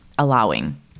allowing